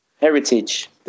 Heritage